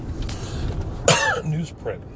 newsprint